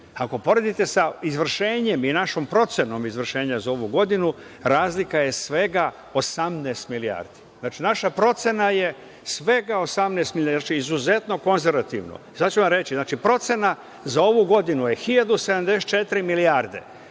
ako uporedite sa izvršenjem i našom procenom izvršenja za ovu godinu, razlika je svega 18 milijardi. Znači, naša procena je svega 18 milijardi, znači izuzeto konzervativno. Sada ću vam reći. Znači, procena za ovu godinu je 1.074 milijarde